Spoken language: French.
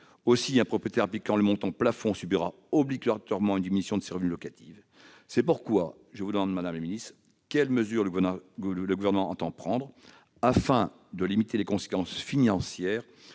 Aussi, un propriétaire appliquant le montant plafond subira obligatoirement une diminution de ses revenus locatifs. Madame la ministre, quelles mesures le Gouvernement entend-il prendre afin de limiter les conséquences financières